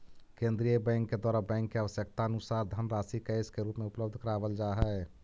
केंद्रीय बैंक के द्वारा बैंक के आवश्यकतानुसार धनराशि कैश के रूप में उपलब्ध करावल जा हई